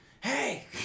hey